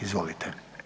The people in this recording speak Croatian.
Izvolite.